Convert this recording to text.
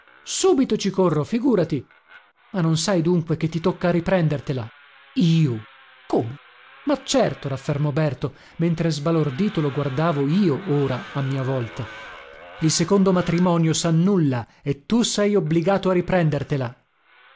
subito ci corro figùrati ma non sai dunque che ti tocca a riprendertela io come ma certo raffermò berto mentre sbalordito lo guardavo io ora a mia volta il secondo matrimonio sannulla e tu sei obbligato a riprendertela